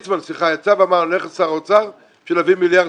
וליצמן אמר שהוא ילך לשר האוצר כדי להביא מיליארד